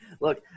Look